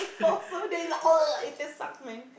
the four days lah the taste sucks man